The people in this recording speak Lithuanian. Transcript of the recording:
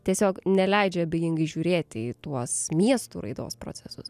tiesiog neleidžia abejingai žiūrėti į tuos miestų raidos procesus